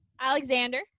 Alexander